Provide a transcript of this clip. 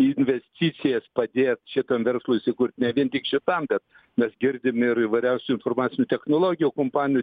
investicijas padėt šitam verslui įsikurt ne vien tik šitam bet mes girdim ir įvairiausių informacinių technologijų kompanijų